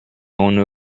owner